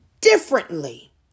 differently